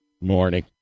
morning